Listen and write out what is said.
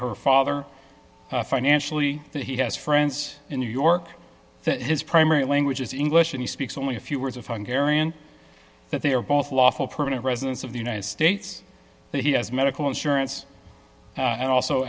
her father financially that he has friends in new york that his primary language is english and he speaks only a few words of fun garion that they are both lawful permanent residents of the united states that he has medical insurance and also